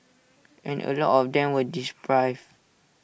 and A lot of them were dis